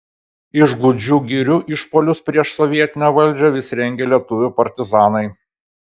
iš gūdžių girių išpuolius prieš sovietinę valdžią vis rengė lietuvių partizanai